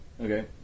Okay